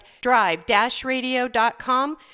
drive-radio.com